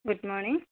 good morning